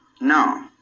no